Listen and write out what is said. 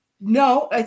no